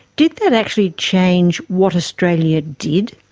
did that actually change what australia did?